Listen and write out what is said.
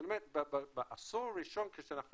זאת אומרת בעשור הראשון, כשאנחנו